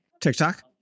TikTok